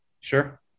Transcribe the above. sure